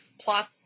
plot